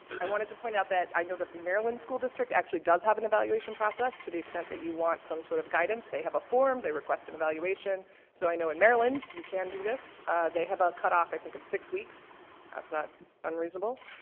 i wanted to point out that i know that the maryland school district actually does have an evaluation process to the extent that you want some sort of guidance they have a form they request an evaluation so i know in maryland you can do this they have a cut-off i think of six weeks that's not unreasonable